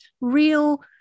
real